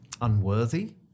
unworthy